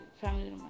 Family